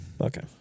Okay